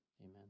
Amen